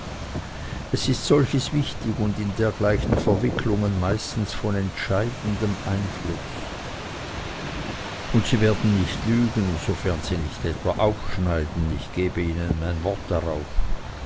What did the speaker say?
es ist solches wichtig und in dergleichen verwicklungen meistens von entscheidendem einfluß und sie werden nicht lügen sofern sie nicht etwa aufschneiden ich geb ihnen mein wort darauf